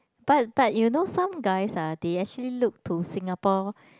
but but you know some guys ah they actually look to Singapore